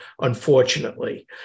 unfortunately